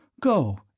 Go